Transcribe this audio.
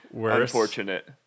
unfortunate